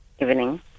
Evening